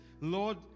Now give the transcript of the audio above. Lord